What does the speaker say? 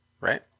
Right